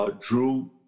Drew